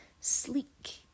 sleek